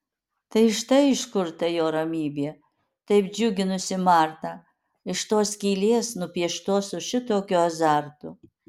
tai štai iš kur ta jo ramybė taip džiuginusi martą iš tos skylės nupieštos su šitokiu azartu